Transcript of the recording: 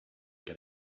been